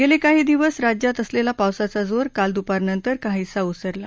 गेले काही दिवस राज्यात असलेला पावसाचा जोर काल दूपारनंतर काहीसा ओसरला